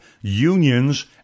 unions